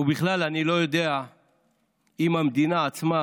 ובכלל אני לא יודע אם המדינה עצמה